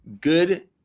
Good